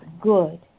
good